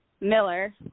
Miller